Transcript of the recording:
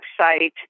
website